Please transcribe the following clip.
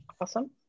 awesome